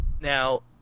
Now